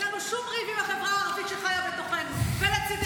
אין לנו שום ריב עם החברה הערבית שחיה בתוכנו ולצידנו.